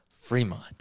Fremont